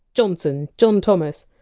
johnson, john thomas,